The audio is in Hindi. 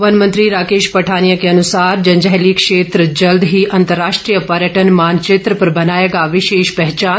वन मंत्री राकेश पठानिया के अनुसार जंजैहली क्षेत्र जल्द ही अंतर्राष्ट्रीय पर्यटन मानचित्र पर बनाएगा विशेष पहचान